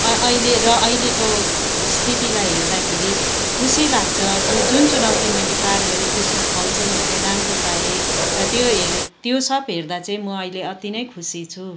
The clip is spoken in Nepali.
अहिले र अहिलेको स्थितिलाई हेर्दाखेरि खुसी लाग्छ जुन चुनौती मैले पार गरेँ त्यसको फल चाहिँँ मैले राम्रो पाएँ र त्यो हेरेर त्यो सब हेर्दा चाहिँ म अहिले अति नै खुसी छु